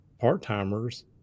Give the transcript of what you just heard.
part-timers